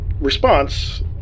response